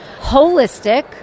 Holistic